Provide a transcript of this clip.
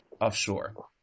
offshore